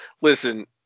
listen